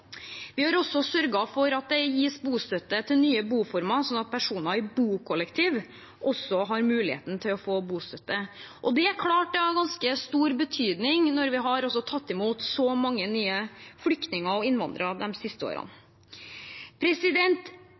Vi har også sørget for at det gis bostøtte til nye boformer, sånn at personer i bokollektiv også har muligheten til å få bostøtte, og det har klart stor betydning når vi har tatt imot så mange nye flyktninger og innvandrere de siste årene.